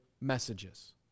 messages